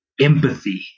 empathy